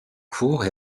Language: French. courts